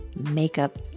makeup